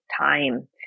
time